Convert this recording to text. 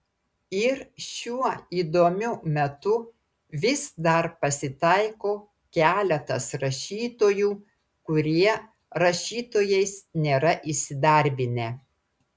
ir šiuo įdomiu metu vis dar pasitaiko keletas rašytojų kurie rašytojais nėra įsidarbinę